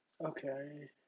okay